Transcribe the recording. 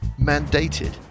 mandated